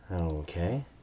Okay